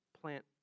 plant